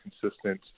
consistent